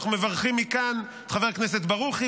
אנחנו מברכים מכאן את חבר הכנסת ברוכי.